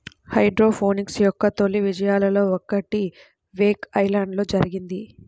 hydroponics యొక్క తొలి విజయాలలో ఒకటి వేక్ ఐలాండ్లో జరిగింది